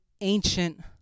ancient